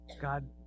God